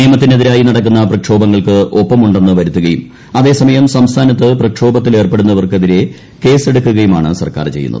നിയമത്തിനെതിരായി നടക്കുന്ന പ്രക്ഷോഭങ്ങൾക്ക് ഒപ്പമുണ്ടെന്ന് വരുത്തുകയും അതേസമയം സംസ്ഥാനത്ത്ക പ്രക്ഷോഭത്തിലേർപ്പെടുന്നവർക്കെതിരേ ക്കേറ്റസ്ടുക്കുകയുമാണ് സർക്കാർ ചെയ്യുന്നത്